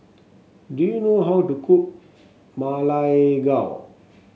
do you know how to cook Ma Lai Gao